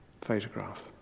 photograph